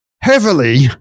heavily